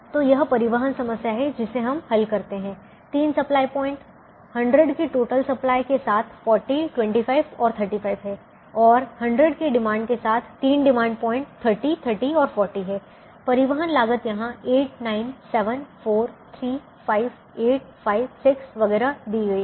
तो यह परिवहन समस्या है जिसे हम हल करते हैं 3 सप्लाई प्वाइंट 100 की टोटल सप्लाई के साथ 40 25 और 35 हैं और 100 की डिमांड के साथ 3 डिमांड पॉइंट 30 30 और 40 है परिवहन लागत यहां 8 9 7 4 3 5 8 5 6 वगैरह दी गई है